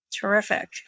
Terrific